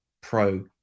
pro